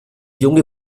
junge